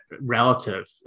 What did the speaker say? relative